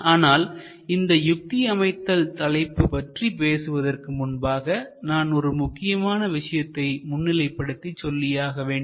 ஆனால் இந்த யுக்தி அமைத்தல் தலைப்புபற்றி பேசுவதற்கு முன்பாக நான் ஒரு முக்கியமான விஷயத்தை முன்னிலைப்படுத்த சொல்லியாக வேண்டும்